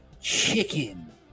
Chicken